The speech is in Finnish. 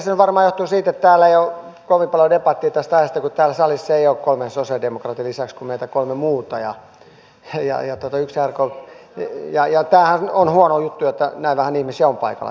se että täällä ei ole kovin paljon debattia tästä aiheesta johtuu varmaan siitä kun täällä salissa ei ole kolmen sosialidemokraatin lisäksi kuin kolme meitä muita ja tämähän on huono juttu että näin vähän ihmisiä on paikalla täällä